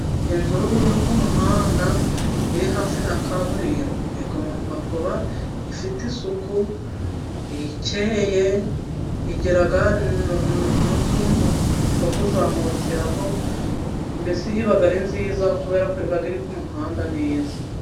Inzu yo ku muhanda, iri hafi na kaburimbo, igomba kuba ifite isuku, ikeye, igira n'utuntu two kuzamukiraho, mbese iba ari nziza, kubera ko iba iri ku muhanda neza.